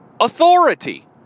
authority